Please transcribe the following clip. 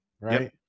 right